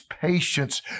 patience